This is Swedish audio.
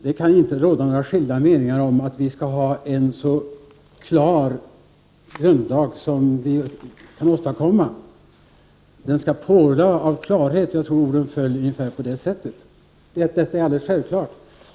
Det kan väl inte råda några skilda meningar om att vi skall en så klar grundlag som det över huvud taget går att åstadkomma. Bertil Fiskesjö sade att grundlagen skall porla av klarhet — jag tror att orden föll så. Ja, det är alldeles självklart.